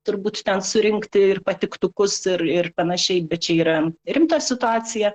turbūt ten surinkti ir patiktukus ir ir panašiai bet čia yra rimta situacija